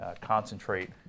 concentrate